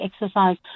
exercise